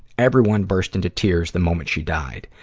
everyone burst into tears the moment she died.